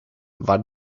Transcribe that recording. war